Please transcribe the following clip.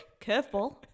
curveball